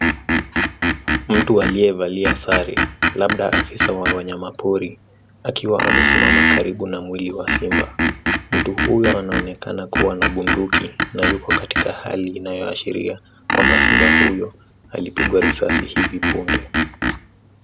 Mtu aliyevalia sare labda afisa wa wanyamapori akiwa amesimama karibu na mwili wa simba. Mtu huyo anaonekana kuwa na bunduki na yuko katika hali inayoashiria simba huyo alipigwa risasi hivi punde.